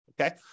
okay